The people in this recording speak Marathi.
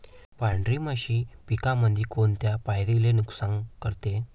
पांढरी माशी पिकामंदी कोनत्या पायरीले नुकसान करते?